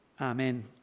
Amen